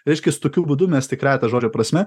reiškias tokiu būdu mes tikrąja to žodžio prasme